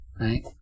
right